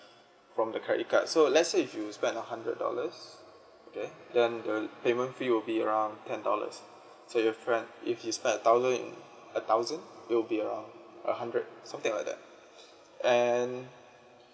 from the credit card so let's say if you spend a hundred dollars okay then the payment fee will be around ten dollars so if you spend a thousand a thousand it will be around a hundred something like that and